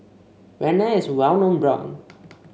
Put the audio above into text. Rene is a well known brand